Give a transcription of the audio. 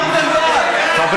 יואל, אל תהיה שקרן.